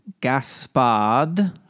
Gaspard